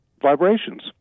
vibrations